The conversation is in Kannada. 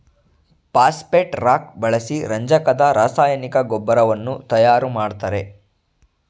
ಪಾಸ್ಪೆಟ್ ರಾಕ್ ಬಳಸಿ ರಂಜಕದ ರಾಸಾಯನಿಕ ಗೊಬ್ಬರವನ್ನು ತಯಾರು ಮಾಡ್ತರೆ